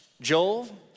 Joel